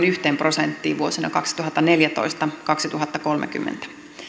yhteen prosenttiin vuosina kaksituhattaneljätoista viiva kaksituhattakolmekymmentä